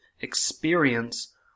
experience